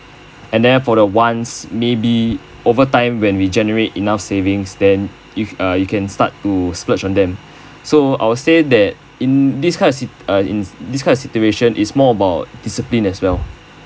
and then for the once maybe over time when we generate enough savings then if uh you can start to splurge on them so I would say that in this kind of sit~ uh in this kind of situation is more about discipline as well